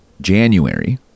January